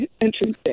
interesting